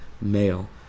male